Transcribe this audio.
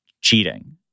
cheating